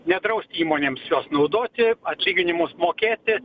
nedrausti įmonėms jos naudoti atlyginimus mokėti